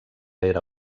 era